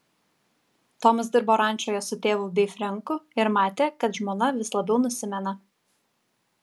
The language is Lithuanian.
tomas dirbo rančoje su tėvu bei frenku ir matė kad žmona vis labiau nusimena